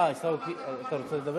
אה, עיסאווי, אתה רוצה לדבר?